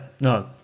no